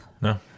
No